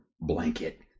blanket